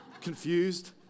confused